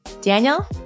Daniel